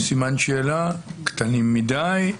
קטנים מדי?